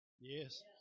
Yes